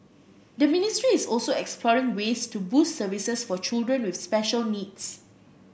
the ministry is also exploring ways to boost services for children with special needs